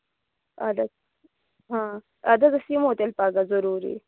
اَدٕ حظ اَدٕ حظ أسۍ یِمو تیٚلہِ پگہہ ضروٗری